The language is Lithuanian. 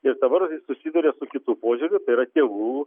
ir dabar susiduria su kitu požiūriu tai yra tėvų